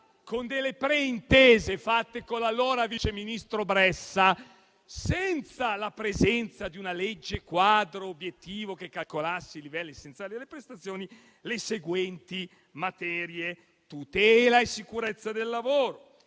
con delle preintese fatte con l'allora vice ministro Bressa, senza la presenza di una legge quadro che calcolasse i livelli essenziali delle prestazioni, sulle seguenti materie: tutela e sicurezza del lavoro,